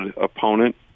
opponent